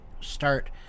start